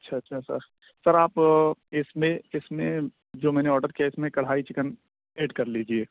اچھا اچھا sir sir آپ اس میں اس میں جو میں نے آڈر کیا اس میں کڑھائی چکن ایڈ کر لیجیے